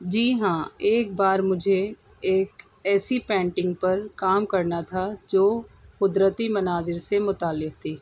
جی ہاں ایک بار مجھے ایک ایسی پینٹنگ پر کام کرنا تھا جو قدرتی مناظر سے متعلق تھی